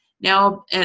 Now